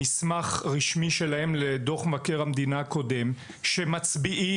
מסמך רשמי שלהם לדוח מבקר המדינה הקודם שמצביעה